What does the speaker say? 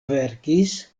verkis